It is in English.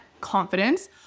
confidence